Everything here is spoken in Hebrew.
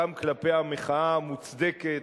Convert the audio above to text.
גם כלפי המחאה המוצדקת,